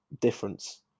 difference